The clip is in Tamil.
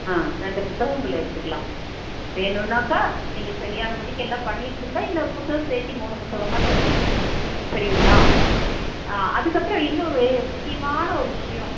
ஆ ரெண்டு புத்தகங்கள் எடுத்துக்கலாம் வேணும்ன்னாக்கா நீங்கள் சரியான படிக்கெல்லாம் பண்ணிகிட்டு இருந்தால் இன்னொரு புத்தகம் சேர்த்தி மூணு புத்தகமாக தருவேன் சரிங்களா ஆ அதுக்கப்புறோம் இன்னும் ஒரு முக்கியமான ஒரு விஷயம்